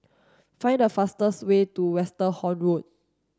find the fastest way to Westerhout Road